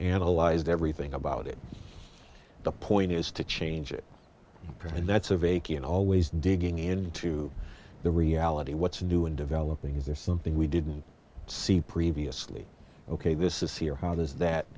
analyzed everything about it the point is to change it and that's of a key and always digging into the reality what's new and developing is there something we didn't see previously ok this is here how does that